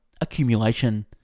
accumulation